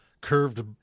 curved